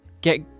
get